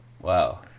Wow